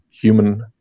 human